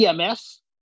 EMS